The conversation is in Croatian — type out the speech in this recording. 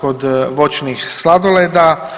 kod voćnih sladoleda.